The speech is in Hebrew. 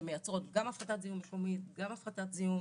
שמייצרות גם הפחתת זיהום מקומית, גם הפחתת זיהום